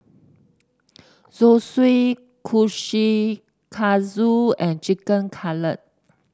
Zosui Kushikatsu and Chicken Cutlet